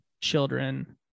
children